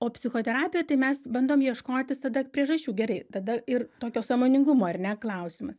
o psichoterapija tai mes bandom ieškotis tada priežasčių gerai tada ir tokio sąmoningumo ar ne klausimas